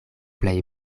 plej